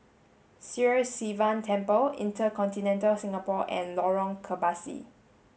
Sri Sivan Temple InterContinental Singapore and Lorong Kebasi